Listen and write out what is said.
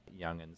youngins